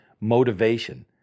motivation